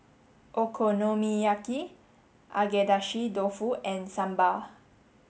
Okonomiyaki Agedashi Dofu and Sambar